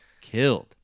killed